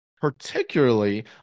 particularly